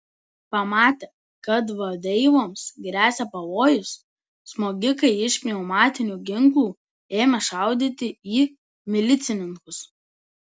pamatę kad vadeivoms gresia pavojus smogikai iš pneumatinių ginklų ėmė šaudyti į milicininkus